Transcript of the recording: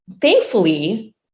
thankfully